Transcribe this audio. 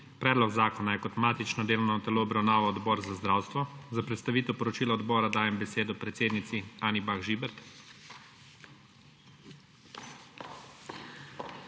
Predlog zakona je kot matično delovno telo obravnaval Odbor za zdravstvo. Za predstavitev poročila odbora dajem besedo predsednici Anji Bah Žibert.